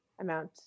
amount